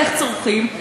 איך צורכים,